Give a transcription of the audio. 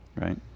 Right